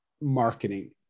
marketing